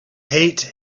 hate